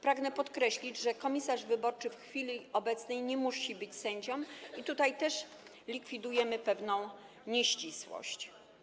Pragnę podkreślić, że komisarz wyborczy w chwili obecnej nie musi być sędzią i tutaj też likwidujemy pewną nieścisłość.